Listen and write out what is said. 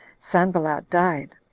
sanballat died.